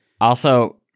Also-